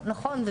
נכון,